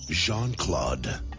Jean-Claude